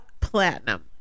Platinum